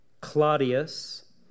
Claudius